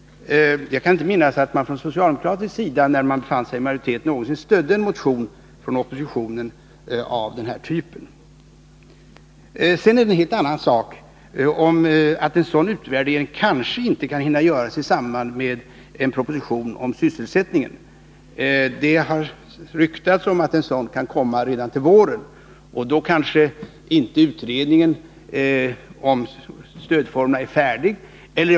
Jag kan inte minnas att socialdemokraterna när de befann sig i majoritet någonsin stödde motioner av detta slag från oppositionen. Sedan är det en helt annan sak att den utvärdering vi talar om kanske inte kan hinna göras i samband med en proposition om sysselsättningsfrågorna. Det har ryktats att en sådan kan läggas fram till våren, och utredningen om stödformerna kanske inte är färdig redan då.